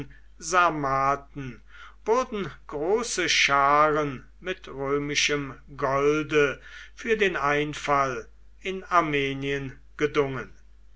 sarmaten wurden große scharen mit römischem golde für den einfall in armenien gedungen